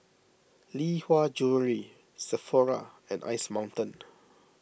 Lee Hwa Jewellery Sephora and Ice Mountain